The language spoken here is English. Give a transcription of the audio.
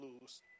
lose